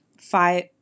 five